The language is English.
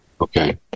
Okay